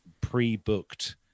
pre-booked